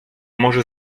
może